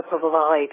provide